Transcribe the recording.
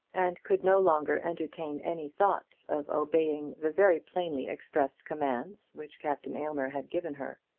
and could no longer entertain any thought of obeying the very plainly expressed commands which captain aylmer had given her.